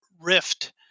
rift